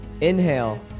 inhale